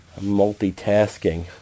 multitasking